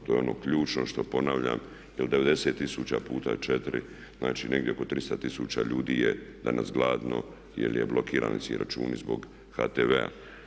To je ono ključno što ponavljam jer 90 tisuća puta 4 znači negdje oko 300 tisuća ljudi je danas gladno jer su blokirani im računi zbog HTV-a.